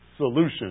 Solution